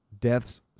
Death's